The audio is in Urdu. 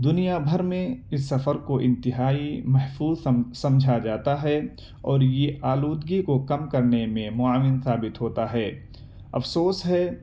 دنیا بھر میں اس سفر کو انتہائی محفوظ سم سمجھا جاتا ہے اور یہ آلودگی کو کم کرنے میں معاون ثابت ہوتا ہے افسوس ہے